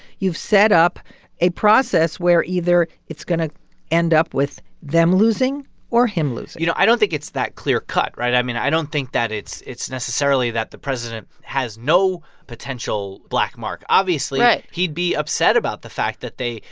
you've set up a process where either it's going to end up with them losing or him losing you know, i don't think it's that clear-cut, right? i mean. i don't think that it's it's necessarily that the president has no potential black mark? right obviously, he'd be upset about the fact that they,